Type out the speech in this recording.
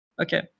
Okay